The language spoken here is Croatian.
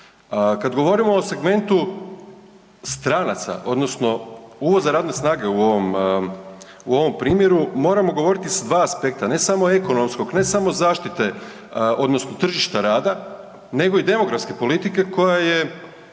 Kad govorimo o segmentu stranaca, odnosno uvoza radne snage u ovom primjeru, moramo govoriti s dva aspekta, ne samo ekonomskog, ne samo zaštite odnosno tržišta rada, nego i demografske politike koja je